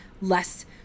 less